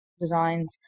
designs